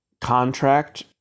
Contract